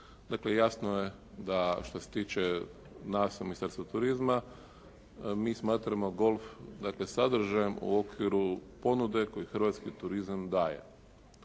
Dakle, jasno je da što se tiče nas u Ministarstvu turizma, mi smatramo golf sadržajem u okviru ponude koju hrvatski turizam daje.